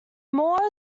moore